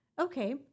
Okay